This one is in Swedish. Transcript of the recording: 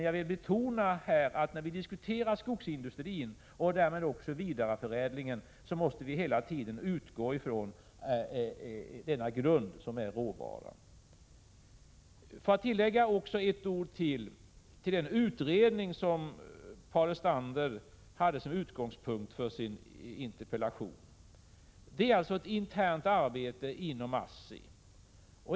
Jag vill betona att när vi diskuterar skogsindustrin och därmed också vidareförädling, måste vi hela tiden utgå ifrån denna grund, som är råvaran. Jag vill tillägga ytterligare en sak beträffande den utredning som Paul Lestander hade som utgångspunkt för sin interpellation. Det gäller här ett internt arbete inom ASSI.